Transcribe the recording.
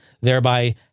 thereby